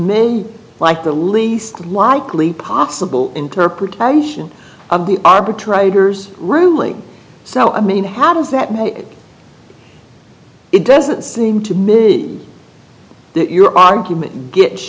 me like the least likely possible interpretation of the arbitrator's ruling so i mean how does that mean it doesn't seem to me that your argument gets